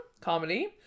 comedy